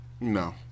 No